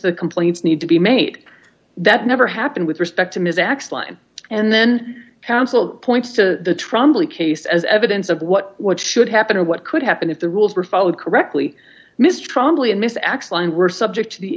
the complaints need to be made that never happened with respect to ms x line and then counsel points to trombley case as evidence of what what should happen or what could happen if the rules were followed correctly mr trombley and miss x line were subject to the